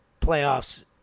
playoffs